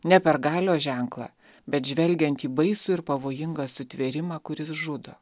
ne per galios ženklą bet žvelgiant į baisų ir pavojingą sutvėrimą kuris žudo